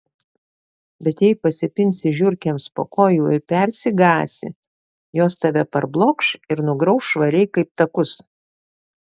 bet jei pasipinsi žiurkėms po kojų ir persigąsi jos tave parblokš ir nugrauš švariai kaip takus